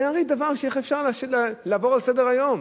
זה הרי דבר שאיך אפשר לעבור עליו לסדר-היום?